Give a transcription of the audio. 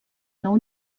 nou